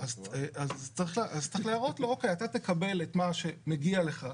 -- אז צריך להראות לו אתה תקבל את מה שמגיע לך,